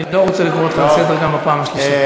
אני לא רוצה לקרוא אותך לסדר גם בפעם השלישית.